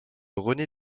rené